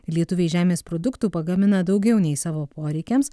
lietuviai žemės produktų pagamina daugiau nei savo poreikiams